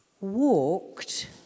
walked